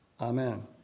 Amen